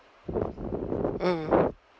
mm